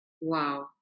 Wow